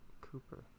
Cooper